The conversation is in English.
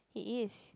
he is